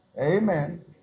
Amen